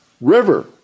river